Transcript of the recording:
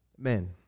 Men